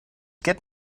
get